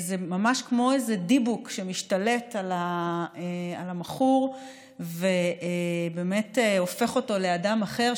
זה ממש כמו איזה דיבוק שמשתלט על המכור ובאמת הופך אותו לאדם אחר.